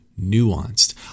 nuanced